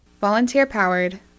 Volunteer-powered